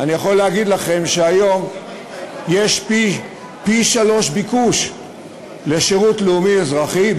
אני יכול להגיד לכם שהיום יש פי-שלושה ביקוש לשירות לאומי-אזרחי,